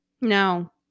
No